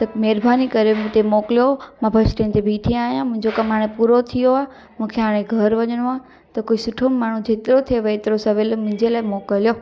त महिरबानी करे मूं ते मोकिलयो मां बस स्टैंड ते बीठी आहियां मुंहिंजो कम हाणे पूरो थी वियो आहे मूंखे हाणे घर वञिणो आहे त कोई सुठो माण्हू जेतिरो थिएव एतिरो सवेल मुंहिंजे लाइ मोकिलयो